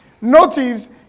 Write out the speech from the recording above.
Notice